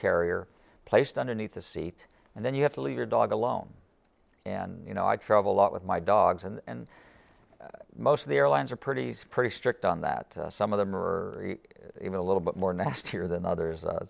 carrier placed underneath the seat and then you have to leave your dog alone and you know i travel a lot with my dogs and most of the airlines are pretty pretty strict on that some of them were a little bit more nastier than others